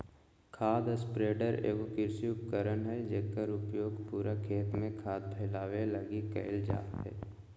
खाद स्प्रेडर एगो कृषि उपकरण हइ जेकर उपयोग पूरा खेत में खाद फैलावे लगी कईल जा हइ